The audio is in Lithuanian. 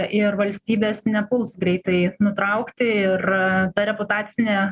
ir valstybės nepuls greitai nutraukti ir ta reputacinė